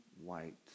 white